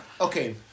Okay